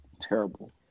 Terrible